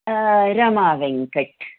र मावेङ्कट्